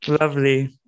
Lovely